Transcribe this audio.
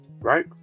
right